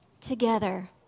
together